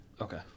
Okay